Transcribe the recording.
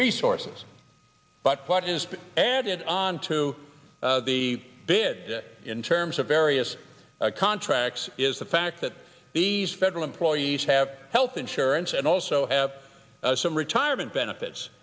resources but what is added on to the bid in terms of various contracts is the fact that these federal employees have health insurance and also have some retirement benefits